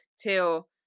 till